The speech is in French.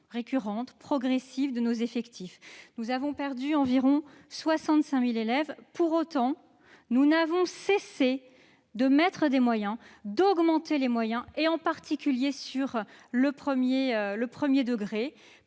récurrente et progressive des effectifs. Nous avons ainsi perdu environ 65 000 élèves. Pour autant, nous n'avons cessé d'augmenter les moyens, en particulier sur le premier degré,